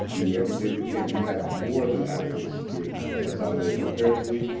we do everything we can. we have more than adequate security inside of there comparatively.